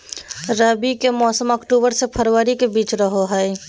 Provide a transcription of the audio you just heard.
रबी के मौसम अक्टूबर से फरवरी के बीच रहो हइ